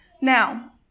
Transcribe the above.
now